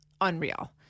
unreal